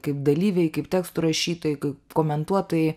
kaip dalyviai kaip tekstų rašytojai kaip komentuotojai